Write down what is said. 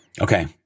Okay